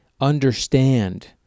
understand